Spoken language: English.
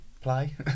play